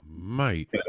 Mate